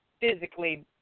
physically